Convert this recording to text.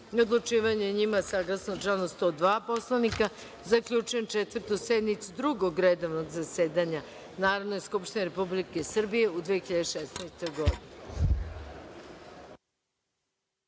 odlučivanje o njima, saglasno članu 102. Poslovnika, zaključujem Četvrtu sednicu Drugog redovnog zasedanja Narodne skupštine Republike Srbije u 2016. godini.